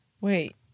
Wait